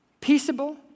Peaceable